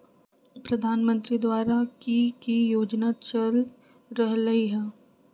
प्रधानमंत्री द्वारा की की योजना चल रहलई ह?